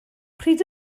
pryd